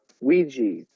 Ouija